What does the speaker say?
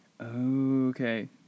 Okay